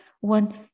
one